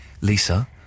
Lisa